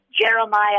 Jeremiah